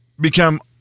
become